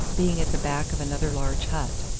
being at the back of another large hut.